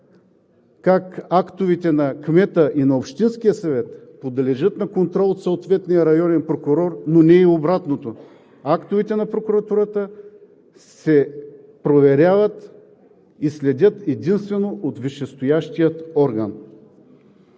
как актовете на кмета и на общинския съвет подлежат на контрол от съответния районен прокурор, но не и обратното, а актовете на Прокуратурата се проверяват и следят единствено от висшестоящия орган.